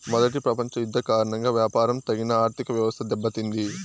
మొదటి ప్రపంచ యుద్ధం కారణంగా వ్యాపారం తగిన ఆర్థికవ్యవస్థ దెబ్బతింది